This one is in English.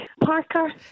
Parker